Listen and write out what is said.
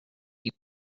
you